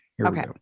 Okay